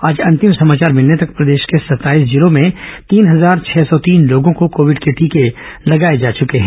आज अंतिम समाचार मिलने तक प्रदेश के सत्ताईस जिलों में तीन हजार छह सौ तीन लोगों को कोविड के टीके लगाए जा चुके हैं